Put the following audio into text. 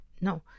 no